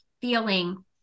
feeling